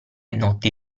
notti